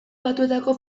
batuetako